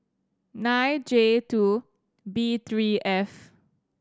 nine J two B three F